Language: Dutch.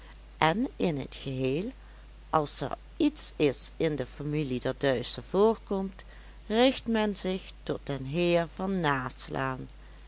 en in t geheel als er iets is in de familie dat duister voorkomt richt men zich tot den heer van naslaan